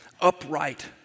upright